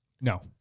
No